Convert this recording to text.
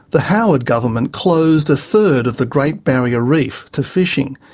the howard government closed a third of the great barrier reef to fishing.